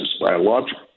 Biological